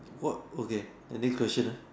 what okay any question lah